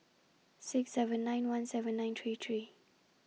six seven nine one seven nine three three